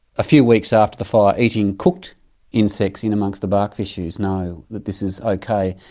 a few weeks after the fire, eating cooked insects in amongst the bark fissures know that this is okay?